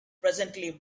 presently